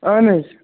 اَہَن حظ